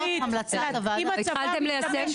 << יור >> פנינה תמנו (יו"ר הוועדה לקידום מעמד האישה